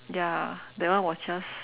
ya that one was just